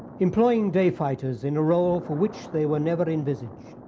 employing day fighters in a role for which they were never envisaged.